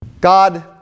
God